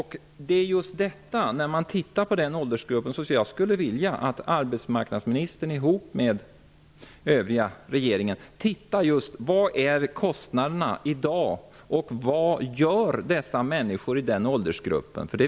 Herr talman! Jag skulle vilja att arbetsmarknadsministern tillsammans med övriga regeringsledamöter studerar just vad kostnaderna är i dag och vad människorna i denna åldersgrupp gör.